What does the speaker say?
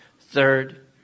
Third